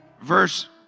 Verse